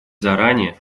заранее